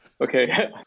okay